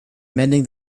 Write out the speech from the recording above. mending